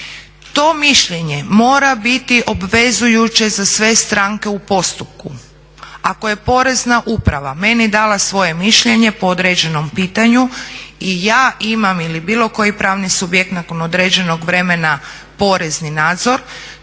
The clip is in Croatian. To mišljenje mora biti obvezujuće za sve stranke u postupku. Ako je Porezna uprava meni dala svoje mišljenje po određenom pitanju i ja imam ili bilo koji pravni subjekt nakon određenog vremena porezni nadzor,